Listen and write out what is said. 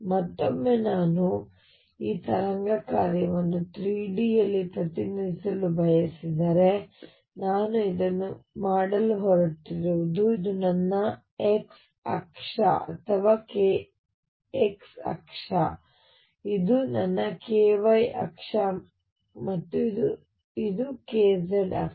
ಮತ್ತೊಮ್ಮೆ ನಾನು ಈ ತರಂಗ ಕಾರ್ಯವನ್ನು 3D ಯಲ್ಲಿ ಪ್ರತಿನಿಧಿಸಲು ಬಯಸಿದರೆ ನಾನು ಇದನ್ನು ಮಾಡಲು ಹೊರಟಿರುವುದು ಇದು ನನ್ನ x ಅಕ್ಷ ಅಥವಾ kx ಅಕ್ಷ ಇದು ನನ್ನ ky ಅಕ್ಷ ಮತ್ತು ಇದು ನನ್ನ kz ಅಕ್ಷ